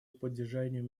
поддержанию